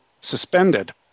suspended